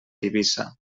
tivissa